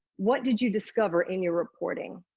what did you discover in your reporting?